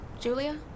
Julia